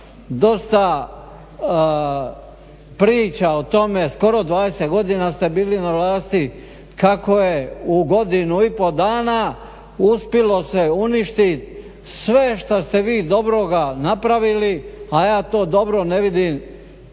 dosta priča o tome, skoro 20 godina ste bili na vlasti, kako je u godinu i pol dana uspjelo se uništiti sve što ste vi dobroga napravili a ja to dobro ne vidim,